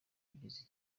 bigize